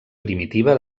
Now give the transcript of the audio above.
primitiva